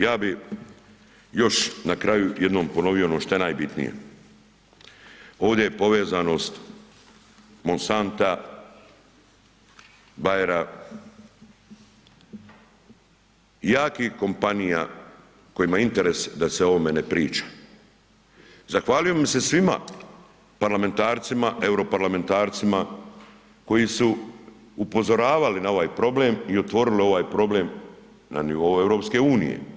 Ja bih još na kraju jednom ponovio ono šta je najbitnije, ovdje je povezanost Monsanta, Bayer-a, jakih kompanija kojima je interes da se o ovome ne priča, zahvalio bi im se svima, parlamentarcima, europarlamentarcima koji su upozoravali na ovaj problem i otvorili ovaj problem na nivou Europske unije.